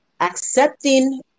accepting